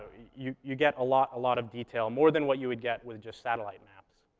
you you get a lot a lot of detail, more than what you would get with just satellite maps.